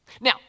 Now